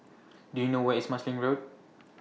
Do YOU know Where IS Marsiling Road